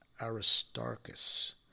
Aristarchus